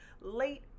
late